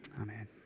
Amen